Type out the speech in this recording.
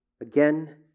again